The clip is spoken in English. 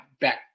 back